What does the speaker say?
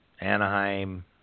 Anaheim